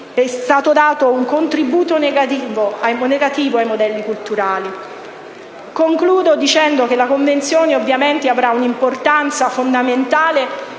è stato dato un contributo negativo ai modelli culturali. Concludo dicendo che la Convenzione avrà un'importanza fondamentale